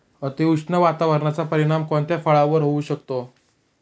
अतिउष्ण वातावरणाचा परिणाम कोणत्या फळावर होऊ शकतो?